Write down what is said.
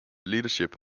leadership